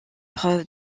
preuve